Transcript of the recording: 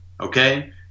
okay